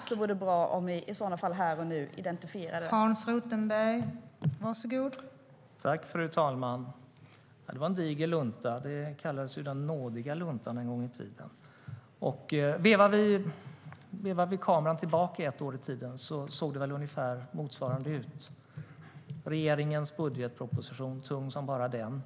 Det vore i så fall bra om vi här och nu identifierade den som har ansvaret.